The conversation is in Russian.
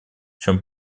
чем